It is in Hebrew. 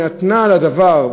ונתנה לדבר,